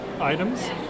items